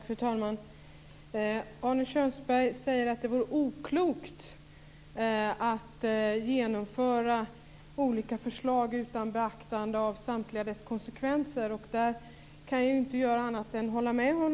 Fru talman! Arne Kjörnsberg säger att det vore oklokt att genomföra olika förslag utan beaktande av samtliga dess konsekvenser. Där kan jag inte göra annat än att hålla med.